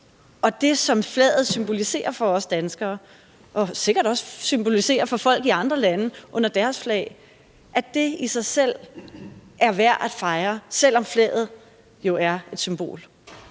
og det, som flaget symboliserer for os danskere – og sikkert også symboliserer for folk i andre lande under deres flag – i sig selv er værd at fejre, selv om flaget jo er et symbol?